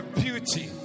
beauty